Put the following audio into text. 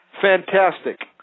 Fantastic